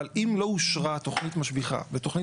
אבל אם לא אושרה תוכנית משביחה ותוכנית